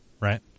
Right